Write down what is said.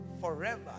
forever